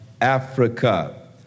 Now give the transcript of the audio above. Africa